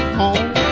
home